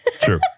True